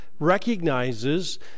Recognizes